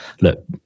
Look